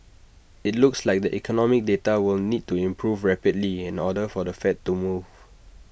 IT looks like the economic data will need to improve rapidly in order for the fed to move